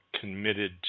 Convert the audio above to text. committed